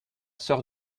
soeur